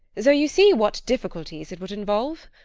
so you see what difficulties it would involve.